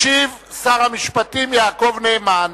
ישיב שר המשפטים יעקב נאמן.